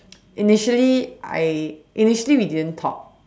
initially I initially we didn't talk